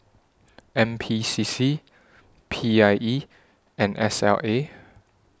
N P C C P I E and S L A